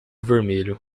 vermelho